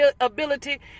ability